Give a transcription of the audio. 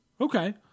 Okay